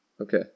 Okay